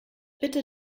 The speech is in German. bitte